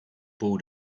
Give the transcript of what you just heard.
bull